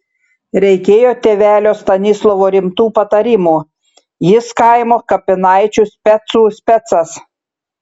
reikėjo tėvelio stanislovo rimtų patarimų jis kaimo kapinaičių specų specas